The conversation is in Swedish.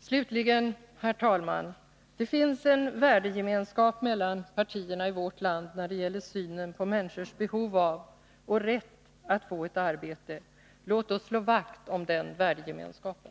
Slutligen, herr talman, vill jag säga att det finns en värdegemenskap mellan partierna i vårt land när det gäller synen på människors behov av och rätt att få ett arbete. Låt oss slå vakt om den värdegemenskapen.